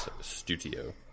studio